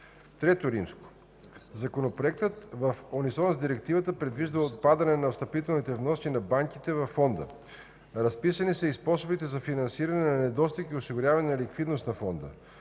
други. III. Законопроектът, в унисон с Директивата, предвижда отпадане на встъпителните вноски на банките във Фонда. Разписани са и способите за финансиране на недостиг и осигуряване на ликвидност на Фонда.